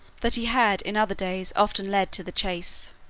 that he had in other days often led to the chase.